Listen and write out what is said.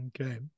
Okay